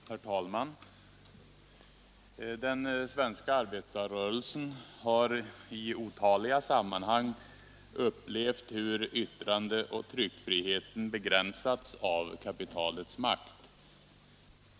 Herr talman! Den svenska arbetarrörelsen har i otaliga sammanhang upplevt hur yttrande och tryckfriheten begränsats av kapitalets makt.